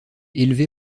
élevé